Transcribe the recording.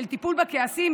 של טיפול בכעסים,